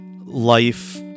life